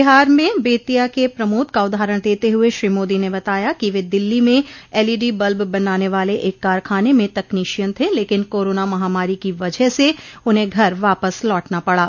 बिहार में बेतिया के प्रमोद का उदाहरण देते हुए श्री मोदी ने बताया कि वे दिल्ली में एलईडी बल्ब बनाने वाले एक कारखाने में तकनीशियन थे लेकिन कारोना महामारी की वजह से उन्हें घर वापस लौटना पड़ा